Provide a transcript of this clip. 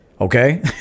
Okay